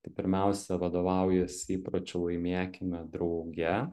tai pirmiausia vadovaujasi įpročiu laimėkime drauge